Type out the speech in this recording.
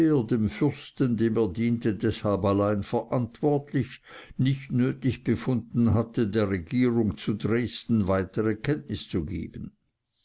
fürsten dem er diente deshalb allein verantwortlich nicht nötig befunden hatte der regierung zu dresden weitere kenntnis zu geben